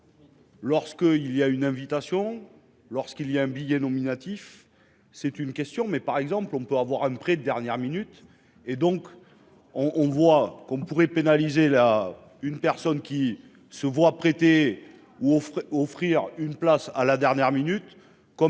Lorsqu'il y a une invitation lorsqu'il y a un billet nominatif. C'est une question mais par exemple on peut avoir un prix de dernière minute et donc on, on voit qu'on pourrait pénaliser la une personne qui se voit prêter ou offrir une place à la dernière minute comme